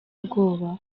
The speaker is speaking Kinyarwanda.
bwoba